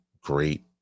great